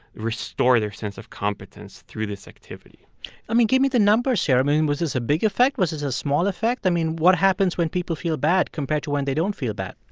restore their sense of competence through this activity i mean, give me the numbers here. i mean, was this a big effect? was this a small effect? i mean, what happens when people feel bad compared to when they don't feel bad?